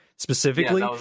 specifically